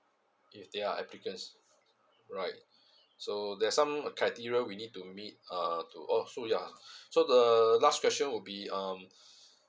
their applicants right so there's some a criteria we need to meet uh to oo so ya so the last question would be um